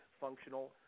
functional